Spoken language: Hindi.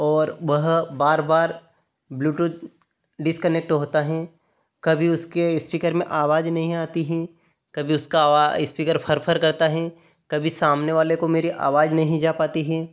और वह बार बार ब्लूटूथ डिसकनेक्ट होता है कभी उसके स्पीकर में आवाज नहीं आती है कभी उसका आवा स्पीकर फर फर करता है कभी सामने वाले को मेरी आवाज नहीं जा पाती है